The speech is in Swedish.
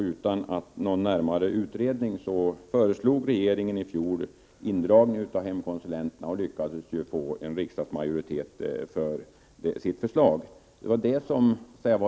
Utan någon närmare utredning föreslog regeringen i fjol indragning av hemkonsulenterna och lyckades få en riksdagsmajoritet för sitt förslag.